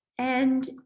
and,